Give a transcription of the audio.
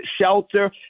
shelter